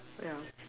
ya